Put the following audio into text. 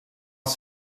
els